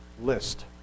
list